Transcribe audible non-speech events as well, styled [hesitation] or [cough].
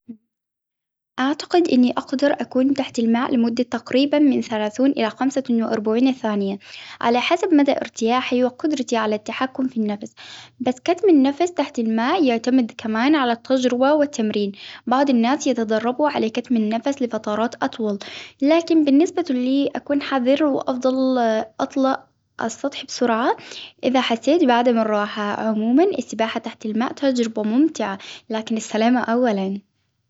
أعتقد إني أقدر أكون تحت الماء لمدة تقريبا من ثلاثون إلى خمسة وأربعين ثانية، على حسب مدى إرتياحي وقدرتي على التحكم في النفس، بس كتم النفس تحت الماء يعتمد كمان على التجربة والتمرين، بعض الناس يتدربوا على كتم النفس لفترات أطول.،لكن بالنسبة لي أفضل [hesitation] أطلع على السطح بسرعة إذا حسيت بعد م الراحة عموما السباحة تحت الماء تجربة ممتعة، لكن السلامة أولا.